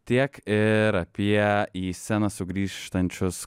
tiek ir apie į sceną sugrįžtančius